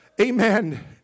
Amen